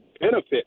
benefit